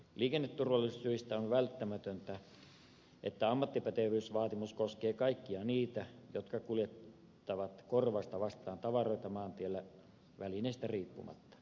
liikenneturvallisuussyistä on välttämätöntä että ammattipätevyysvaatimus koskee kaikkia niitä jotka kuljettavat korvausta vastaan tavaroita maantiellä välineistä riippumatta